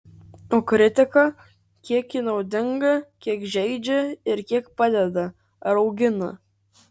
o kritika kiek ji naudinga kiek žeidžia ir kiek padeda ar augina